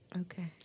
Okay